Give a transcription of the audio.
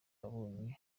wabonye